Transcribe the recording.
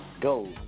go